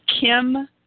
Kim